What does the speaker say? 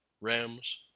rams